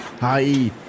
Hi